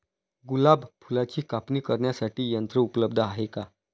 गुलाब फुलाची कापणी करण्यासाठी यंत्र उपलब्ध आहे का?